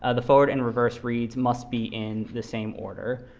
ah the forward and reverse reads must be in the same order.